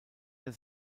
der